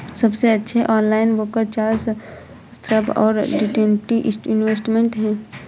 सबसे अच्छे online broker Charles Schwab और फिडेलिटी इन्वेस्टमेंट हैं